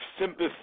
sympathy